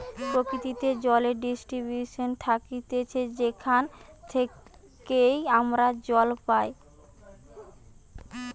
প্রকৃতিতে জলের ডিস্ট্রিবিউশন থাকতিছে যেখান থেইকে আমরা জল পাই